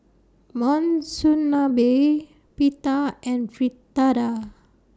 Monsunabe Pita and Fritada